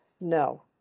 No